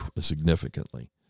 significantly